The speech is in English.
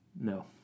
no